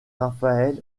raphaël